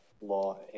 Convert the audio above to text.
law